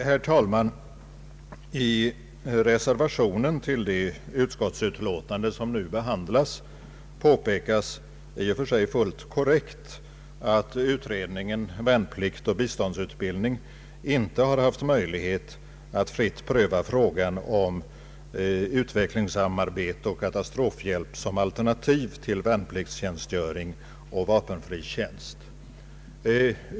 Herr talman! I reservationen till det utskottsutlåtande vi nu behandlar påpekas i och för sig fullt korrekt att utredningen Värnplikt och biståndsutbildning inte haft möjlighet att fritt pröva frågan om utvecklingssamarbete och katastrofhjälp som alternativ till värnpliktstjänstgöring och vapenfri tjänst.